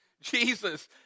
Jesus